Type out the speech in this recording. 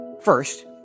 First